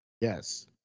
Yes